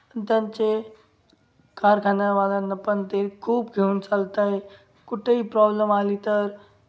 त्यांचे कारखानावाल्यांना पण ते खूप घेऊन चालत आहे कुठेही प्रॉब्लम आली तर